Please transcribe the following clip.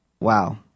Wow